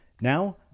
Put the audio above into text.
Now